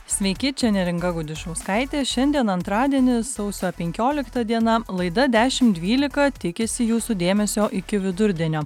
sveiki čia neringa gudišauskaitė šiandien antradienis sausio senkiolikta diena laida dešim dvylika tikisi jūsų dėmesio iki vidurdienio